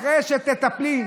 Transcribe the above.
אחרי שתטפלי,